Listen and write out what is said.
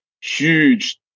huge